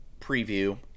preview